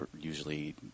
usually